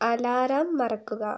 alarm മറക്കുക